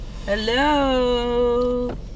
Hello